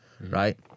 right